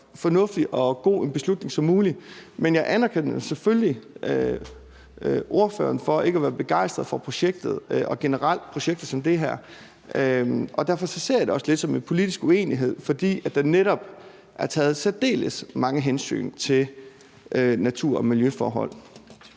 fornuftig og god en beslutning som muligt. Men jeg anerkender selvfølgelig, at spørgeren ikke er begejstret for projektet og projekter som det her generelt. Derfor ser jeg det også lidt som en politisk uenighed, for der er netop taget særdeles mange hensyn til natur- og miljøforhold.